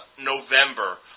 November